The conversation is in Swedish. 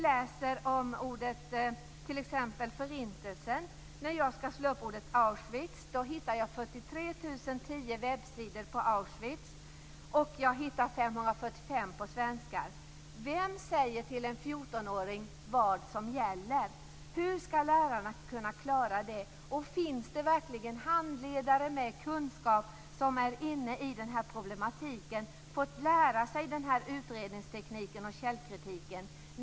Läser jag t.ex. om Förintelsen och jag skall slå upp ordet Auschwitz hittar jag 43 010 webbsior. Jag hittar 545 på svenska. Vem säger till en fjortonåring vad som gäller? Hur skall lärarna klara det? Finns det verkligen handledare med kunskap som är inne i problematiken, som fått lära sig utredningsteknik och källkritik?